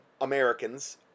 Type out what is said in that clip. Americans